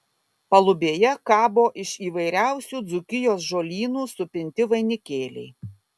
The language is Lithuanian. palubėje kabo iš įvairiausių dzūkijos žolynų supinti vainikėliai